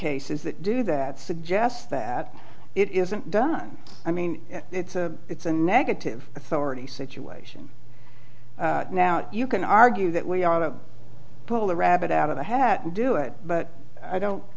cases that do that suggest that it isn't done i mean it's a it's a negative authority situation now you can argue that we are about to pull the rabbit out of the hat do it but i don't